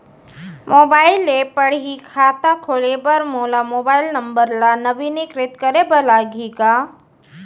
Mobile से पड़ही खाता खोले बर मोला मोबाइल नंबर ल नवीनीकृत करे बर लागही का?